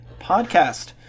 podcast